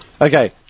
Okay